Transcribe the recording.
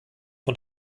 von